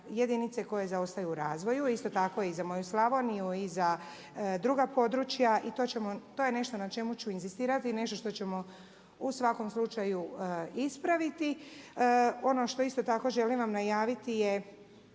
jedinice koje zaostaju u razvoju, isto tako i za moju Slavoniju i za druga područja. I to ćemo, to je nešto na čemu ću inzistirati i nešto što ćemo u svakom slučaju ispraviti. Ono što isto tako želim vam najaviti je